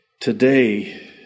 Today